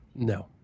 No